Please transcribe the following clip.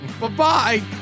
Bye-bye